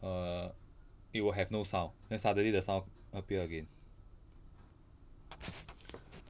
err it will have no sound then suddenly the sound appear again